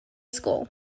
school